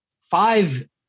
five